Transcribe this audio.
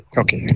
okay